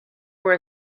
were